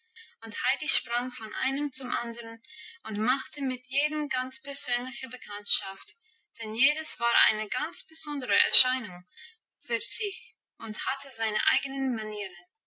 und heidi sprang von einem zum anderen und machte mit jedem ganz persönliche bekanntschaft denn jedes war eine ganz besondere erscheinung für sich und hatte seine eigenen manieren